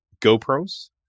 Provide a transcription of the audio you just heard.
gopros